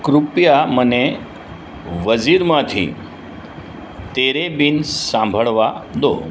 કૃપયા મને વઝીરમાંથી તેરે બિન સાંભળવા દો